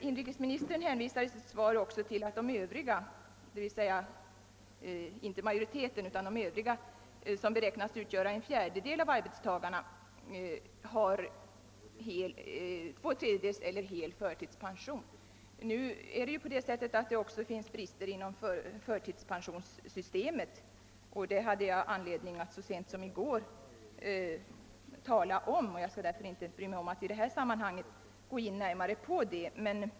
Inrikesministern hänvisar i sitt svar till att de övriga — d.v.s. de som inte omfattas av överenskommelsen — vilka beräknas utgöra en fjärdedel av arbetstagarna, har två tredjedels eller full förtidspension. Emellertid finns det brister också inom förtidspensionssystemet. Det hade jag så sent som i går anledning att tala om, och jag skall därför inte bry mig om att i detta sammanhang gå närmare in på det.